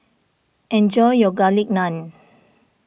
enjoy your Garlic Naan